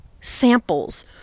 samples